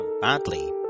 badly